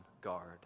guard